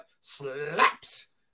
slaps